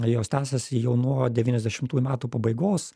jos tęsiasi jau nuo devyniasdešimtųjų metų pabaigos